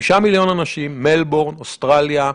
5 מיליון אנשים, מלבורן, אוסטרליה.